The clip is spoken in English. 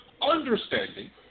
understanding